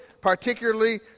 particularly